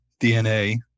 DNA